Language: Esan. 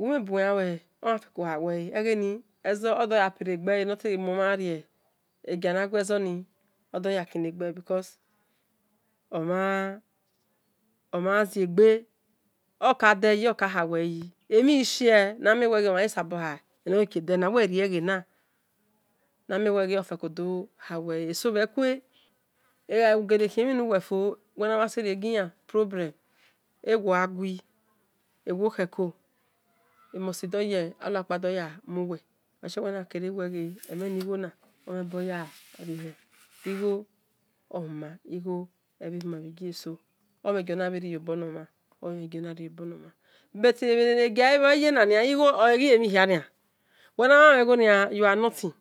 wimhen bu we yanluehen oyanfeko hawele egheni odoyezo kine gbele enotedo guezo yeze kine-egbele emhin shi-namien we omhan sesaha osa wifekorieghena esobhi kue eghagui uwe must dho hamhen enosa na eso kue egha gui oleshie enemhen ghona omhen bogarehe igho ohuman igho omhen giona yiyo bonomhan but bhe ghia gi yena nia igho ohe emhia hia uwemhan mhegho you are nothing